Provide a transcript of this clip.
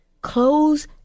close